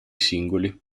singoli